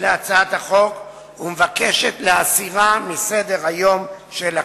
להצעת החוק ומבקשת להסירה מסדר-היום של הכנסת.